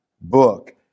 book